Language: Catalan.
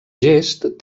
gest